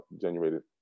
generated